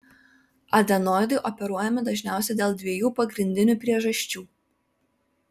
adenoidai operuojami dažniausiai dėl dviejų pagrindinių priežasčių